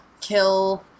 kill